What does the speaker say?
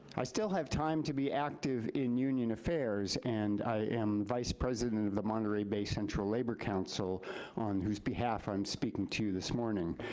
i still have time to be active in union affairs and i am vice-president of the monterey bay central labor council on whose behalf i'm speaking to you this morning.